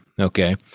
okay